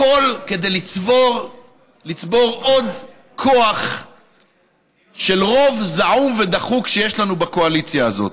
הכול כדי לצבור עוד כוח של רוב זעום ודחוק שיש לנו בקואליציה הזאת.